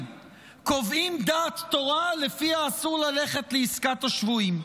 קובעים דעת תורה, שלפיה אסור ללכת לעסקת השבויים.